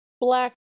black